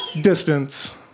Distance